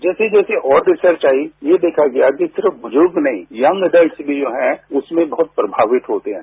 जैसे जैसे और रिसर्च आई ये देखा गया कि सिर्फ बुजुर्ग नहीं यंग एडल्ट भी जो हैं उसमें बहुत प्रमावित होते हैं